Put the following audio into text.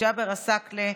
ג'אבר עסאקלה,